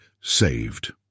saved